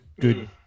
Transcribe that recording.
good